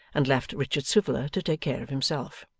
and left richard swiveller to take care of himself.